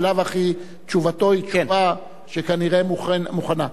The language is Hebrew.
בלאו הכי תשובתו היא תשובה שכנראה מוכנה.